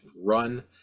run